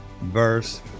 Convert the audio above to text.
verse